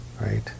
right